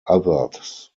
others